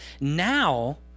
Now